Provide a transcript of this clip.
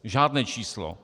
Žádné číslo.